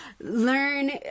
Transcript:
learn